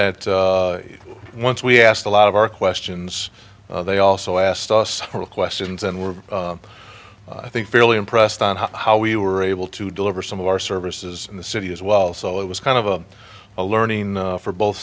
that once we asked a lot of our questions they also asked us questions and were i think fairly impressed on how we were able to deliver some of our services in the city as well so it was kind of a a learning for both